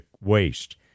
waste